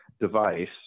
device